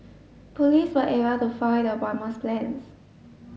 police were able to foil the bomber's plans